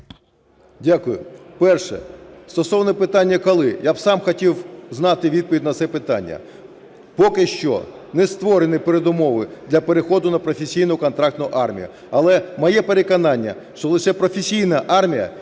Дякую. Перше, стосовно питання – коли. Я б сам хотів знати відповідь на це питання. Поки що не створені передумови для переходу на професійну контрактну армію. Але, моє переконання, що лише професійна армія